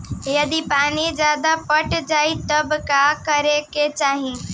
यदि पानी ज्यादा पट जायी तब का करे के चाही?